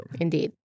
Indeed